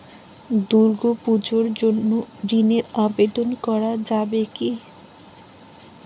দুর্গাপূজার জন্য ঋণের আবেদন করা যাবে কি?